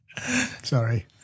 Sorry